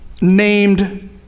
named